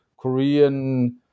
Korean